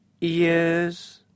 ears